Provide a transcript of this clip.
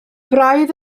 braidd